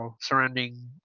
surrounding